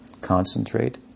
concentrate